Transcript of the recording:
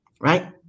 right